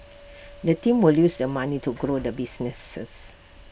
the team will use the money to grow the business